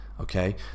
okay